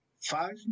five